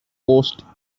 coast